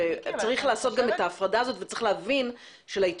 וצריך לעשות גם את ההפרדה הזאת וצריך להבין שלעיתונאים,